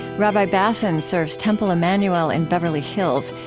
rabbi bassin serves temple emmanuel in beverly hills,